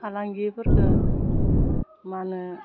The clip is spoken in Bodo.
फालांगिफोरखौ मा होनो